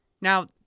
Now